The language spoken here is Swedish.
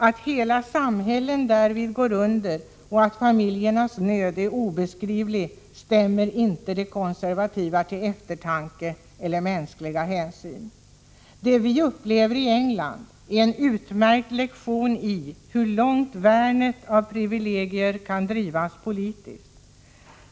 Att hela samhällen därvid går under och att familjernas nöd är obeskrivlig stämmer inte de konservativa till eftertanke eller mänskliga hänsyn. Det vi upplever i England är en utmärkt lektion i hur långt värnet av privilegier kan drivas politiskt.